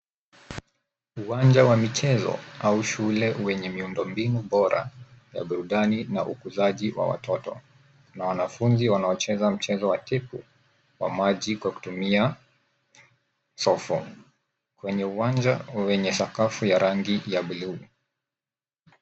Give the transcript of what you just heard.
Uwanja wa michezo au shule wenye miundo mbinu bora ya burudani na ukuzaji wa watoto na wanafunzi wanaocheza mchezo wa tipu wa maji kwa kutumia sofo kwenye uwanja wenye sakafu ya rangi ya buluu.